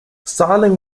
styling